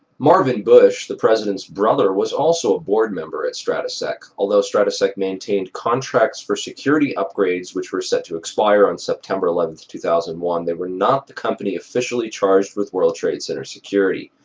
marvin bush the president's brother was also a board member at stratesec, although stratesec maintained contacts for security upgrades which were set to expire on september eleventh two thousand and one they were not the company officially charged with world trade center security.